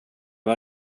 var